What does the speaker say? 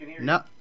No